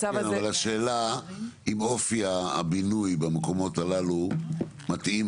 השאלה אם אופי הבינוי במקומות הללו מתאים